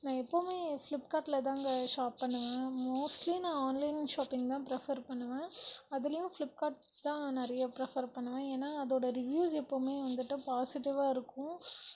நான் எப்பவுமே ஃப்ளிப்கார்ட்டில்தாங்க ஷாப் பண்ணுவேன் மோஸ்ட்லி நான் ஆன்லைன் ஷாப்பிங் தான் ப்ரிஃபர் பண்ணுவேன் அதிலையும் ஃப்ளிப்கார்ட் தான் நிறைய ப்ரிஃபர் பண்ணுவேன் ஏன்னால் அதோடய ரிவ்யூஸ் எப்பவுமே வந்துட்டு பாசிடிவ்வாக இருக்கும்